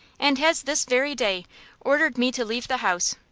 and has this very day ordered me to leave the house.